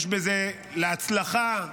ל"הצלחה"